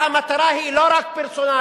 והמטרה היא לא רק פרסונלית,